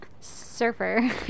surfer